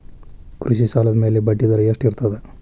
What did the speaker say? ಕೃಷಿ ಸಾಲದ ಮ್ಯಾಲೆ ಬಡ್ಡಿದರಾ ಎಷ್ಟ ಇರ್ತದ?